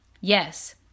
Yes